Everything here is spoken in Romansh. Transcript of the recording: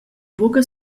buca